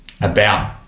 about-